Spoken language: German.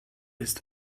ist